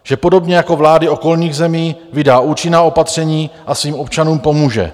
Že podobně jako vlády okolních zemí vydá účinná opatření a svým občanům pomůže.